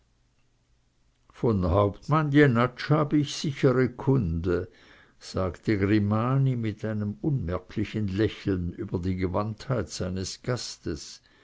von hauptmann jenatsch habe ich sichere kunde sagte grimani mit einem unmerklichen lächeln über die gewandtheit seines gastes